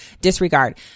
disregard